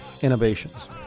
innovations